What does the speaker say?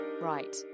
right